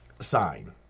Sign